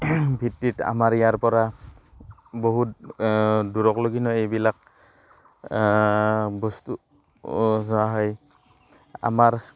ভিত্তিত আমাৰ ইয়াৰ পৰা বহুত দূৰলৈকে ন এইবিলাক বস্তু যোৱা হয় আমাৰ